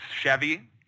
Chevy